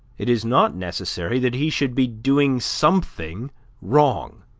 it is not necessary that he should be doing something wrong.